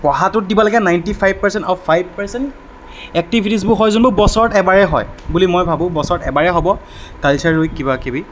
পঢ়াটোত দিব লাগে ninety five percent আৰু ফাইভ পাৰ্চেণ্ট একটিভিটিজবোৰ হয় যিবোৰ বছৰত এবাৰেই হয় বুলি মই ভাবোঁ বছৰত এবাৰেই হ'ব কালচাৰেল উইক কিবা কিবি